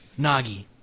Nagi